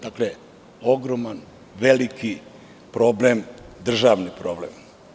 Dakle, ogroman, veliki problem državni problem.